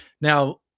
now